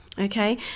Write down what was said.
Okay